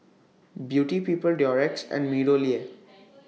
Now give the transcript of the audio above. Beauty People Durex and Meadowlea